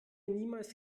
niemals